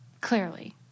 clearly